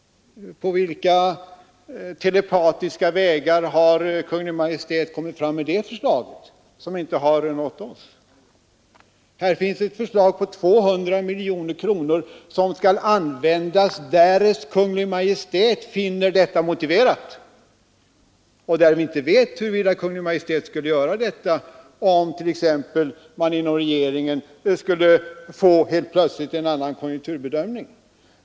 På vilka telepatiska vägar har Kungl. Maj:t framlagt det förslaget? Det har inte nått oss. Här finns också ett förslag om 200 miljoner kronor som skulle användas därest Kungl. Maj:t finner detta motiverat. Vi vet inte huruvida Kungl. Maj:t skulle ha använt dem, om regeringen t.ex. plötsligt hade gjort en helt annan konjunkturbedömning.